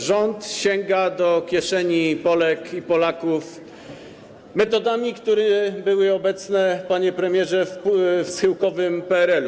Rząd sięga do kieszeni Polek i Polaków metodami, które były obecne, panie premierze, w schyłkowym PRL-u.